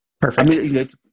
perfect